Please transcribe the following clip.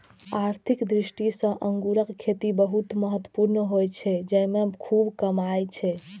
आर्थिक दृष्टि सं अंगूरक खेती बहुत महत्वपूर्ण होइ छै, जेइमे खूब कमाई छै